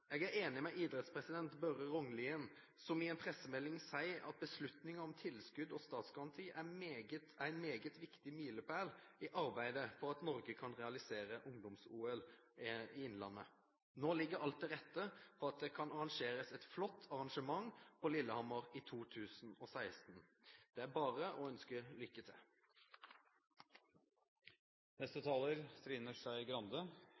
Jeg er enig med idrettspresident Børre Rognlien, som i en pressemelding sier at beslutningen om tilskudd og statsgaranti «er en meget viktig milepæl i arbeidet for at Norge kan realisere Ungdoms-OL på innlandet». Nå ligger alt til rette for at det kan bli et flott arrangement på Lillehammer i 2016. Det er bare å ønske lykke